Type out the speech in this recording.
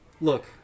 look